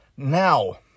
Now